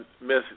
Miss